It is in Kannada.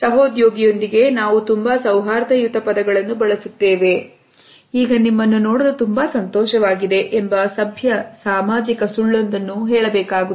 ಸಹೋದ್ಯೋಗಿಯೊಂದಿಗೆ ನಾವು ತುಂಬಾ ಸೌಹಾರ್ದಯುತ ಪದಗಳನ್ನು ಬಳಸುತ್ತೇವೆ "ಈಗ ನಿಮ್ಮನ್ನು ನೋಡಲು ತುಂಬಾ ಸಂತೋಷವಾಗಿದೆ" ಎಂಬ ಸಭ್ಯ ಸಾಮಾಜಿಕ ಸುಳ್ಳೊಂದನ್ನು ಹೇಳಬೇಕಾಗುತ್ತದೆ